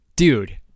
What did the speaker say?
Dude